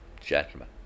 gentlemen